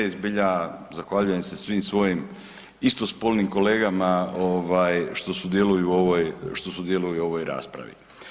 Zbilja zahvaljujem se svim svojim istospolnim kolegama ovaj što sudjeluju u ovoj, što sudjeluju u ovoj raspravi.